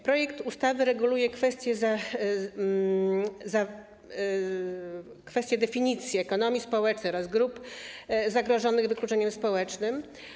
Projekt ustawy reguluje kwestię definicji ekonomii społecznej oraz grup zagrożonych wykluczeniem społecznym.